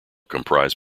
comprise